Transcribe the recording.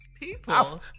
People